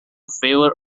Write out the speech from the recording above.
favour